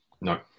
No